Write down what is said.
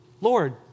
Lord